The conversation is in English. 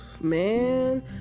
man